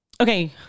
Okay